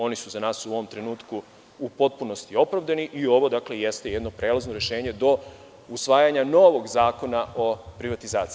Oni su za nas u ovom trenutku u potpunosti opravdani i ovo jeste jedno prelazno rešenje do usvajanja novog zakona o privatizaciji.